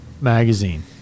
magazine